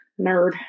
Nerd